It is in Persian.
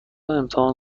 امتحان